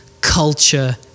culture